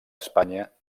espanya